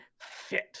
fit